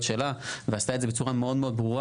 שלה ועשתה את זה בצורה מאוד מאוד ברורה.